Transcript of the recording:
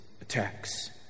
attacks